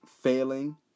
failing